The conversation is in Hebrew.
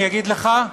אני אגיד לך,